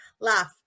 laugh